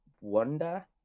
Wonder